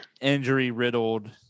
injury-riddled